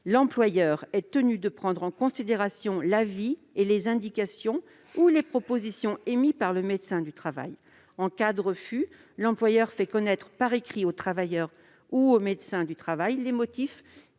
L'employeur est tenu de prendre en considération l'avis et les indications ou les propositions émis par le médecin du travail [...]. En cas de refus, l'employeur fait connaître par écrit au travailleur et au médecin du travail les motifs